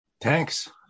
tanks